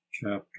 Chapter